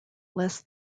less